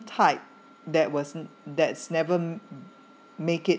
type that was that's never make it